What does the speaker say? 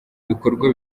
bikorwa